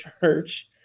church